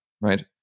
right